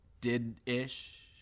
did-ish